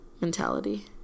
mentality